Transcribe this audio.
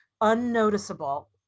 unnoticeable